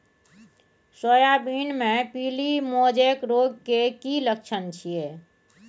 Soybean मे पीली mosaic रोग के की लक्षण छीये?